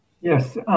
Yes